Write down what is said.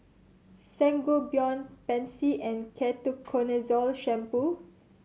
Sangobion Pansy and Ketoconazole Shampoo